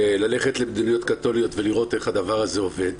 וללכת למדינות קתוליות ולראות איך הדבר הזה עובד,